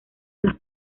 las